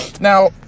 Now